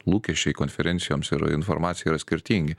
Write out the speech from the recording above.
lūkesčiai konferencijoms ir informacija yra skirtingi